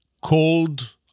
cold